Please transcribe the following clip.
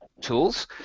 tools